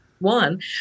one